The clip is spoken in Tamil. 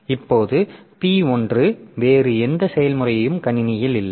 இப்போது P1 வேறு எந்த செயல்முறையும் கணினியில் இல்லை